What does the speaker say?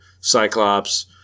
Cyclops